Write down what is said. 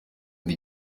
ngo